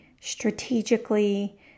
strategically